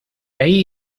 ahí